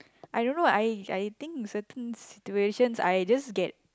I don't know I I think certain situations I just get